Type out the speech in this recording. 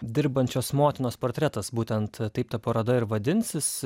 dirbančios motinos portretas būtent taip ta paroda ir vadinsis